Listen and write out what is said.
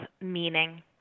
meaning